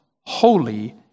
holy